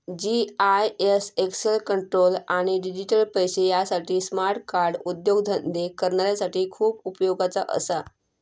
GIS access control आणि digital पैशे यासाठी स्मार्ट कार्ड उद्योगधंदे करणाऱ्यांसाठी खूप उपयोगाचा असा